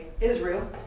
Israel